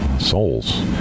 souls